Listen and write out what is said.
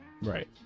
Right